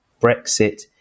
Brexit